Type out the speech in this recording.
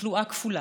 תחלואה כפולה,